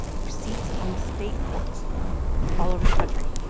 for seats on state courts all over the country.